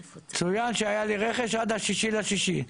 צוין שהיה לי רכש עד ה-6 ביוני,